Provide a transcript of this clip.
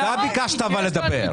אתה ביקשת לדבר.